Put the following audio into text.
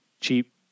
cheap